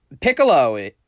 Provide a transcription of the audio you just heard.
piccolo